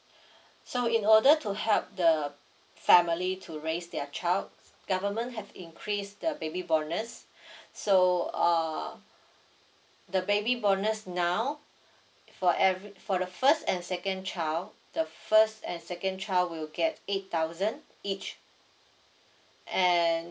so in order to help the family to raise their child government have increase the baby bonus so uh the baby bonus now for every for the first and second child the first and second child will get eight thousand each and